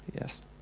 Yes